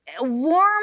warm